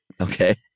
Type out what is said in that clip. Okay